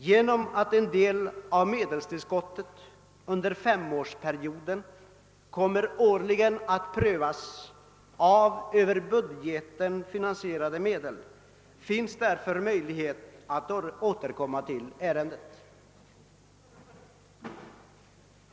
Eftersom emellertid den del av medelstillskottet under femårsperioden som utgörs av över budgeten finansierade medel årligen kommer att prövas av riksdagen finns det möjligheter att återkomma till ärendet.